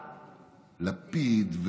לפיד,